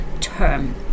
term